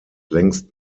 längst